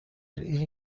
این